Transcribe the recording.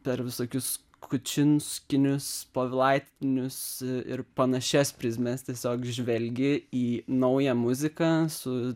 per visokius kučinskinius povilaitinius ir panašias prizmes tiesiog žvelgi į naują muziką su